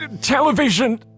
Television